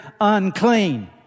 unclean